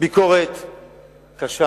וביקורת קשה